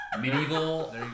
Medieval